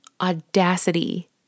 audacity